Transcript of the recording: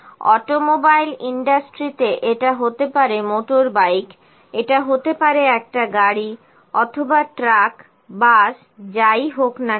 automobile ইন্ডাস্ট্রিতে এটা হতে পারে মোটরবাইক এটা হতে পারে একটা গাড়ি অথবা ট্রাক বাস যাই হোক না কেন